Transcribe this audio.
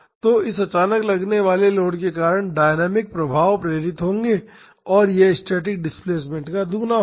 तो इस अचानक लगने वाले लोड के कारण डायनामिक प्रभाव प्रेरित होंगे और यह स्टैटिक डिस्प्लेसमेंट का दोगुना होगा